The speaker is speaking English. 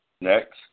Next